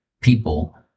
people